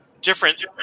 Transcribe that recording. Different